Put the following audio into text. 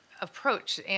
approach